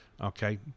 Okay